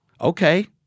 Okay